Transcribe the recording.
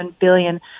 billion